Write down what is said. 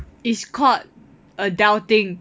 it's called adulting